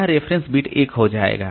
यह reference bit 1 हो जाएगा